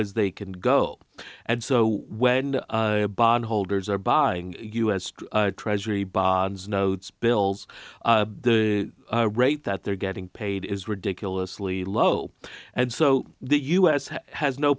as they can go and so when the bond holders are buying u s treasury bonds notes bills the rate that they're getting paid is ridiculously low and so the u s has no